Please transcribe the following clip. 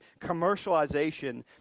commercialization